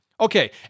Okay